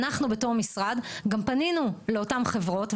אנחנו בתור משרד גם פנינו לאותן חברות,